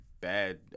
Bad